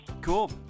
Cool